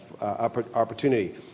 opportunity